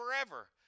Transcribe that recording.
forever